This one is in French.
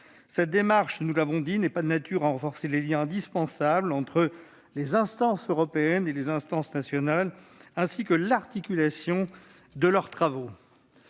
Cette démarche n'est pas de nature à renforcer les liens indispensables entre les instances européennes et les instances nationales, ainsi que l'articulation de leurs travaux.